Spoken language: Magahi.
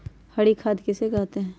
हरी खाद किसे कहते हैं?